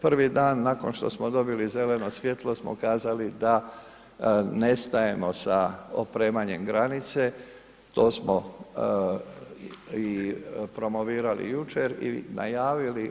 Prvi dan nakon što smo dobili zeleno svjetlo smo kazali da nestajemo sa opremanjem granice, to smo i promovirali jučer i najavili.